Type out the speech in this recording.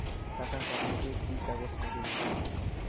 টাকা পাঠাইতে কি কাগজ নাগীবে?